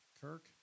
Kirk